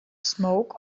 smoke